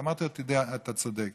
אמרתי לו: אתה צודק.